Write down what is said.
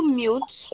mute